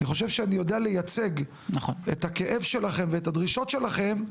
אני חושב שאני יודע לייצג את הכאב שלכם ואת הדרישות שלכם,